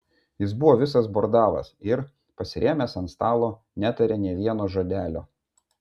jis buvo visas bordavas ir pasirėmęs ant stalo netarė nė vieno žodelio